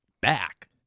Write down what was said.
back